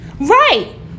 Right